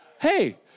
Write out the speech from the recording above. Hey